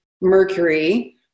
Mercury